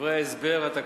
בדברי ההסבר אתה כותב: